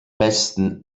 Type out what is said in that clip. besten